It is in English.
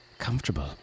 comfortable